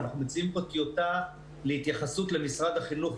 אנחנו מציעים פה טיוטה להתייחסות למשרד החינוך,